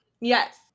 yes